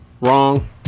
Wrong